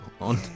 On